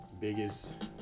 biggest